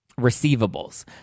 receivables